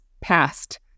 past